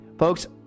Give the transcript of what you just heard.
Folks